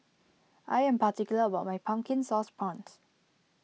I am particular about my Pumpkin Sauce Prawns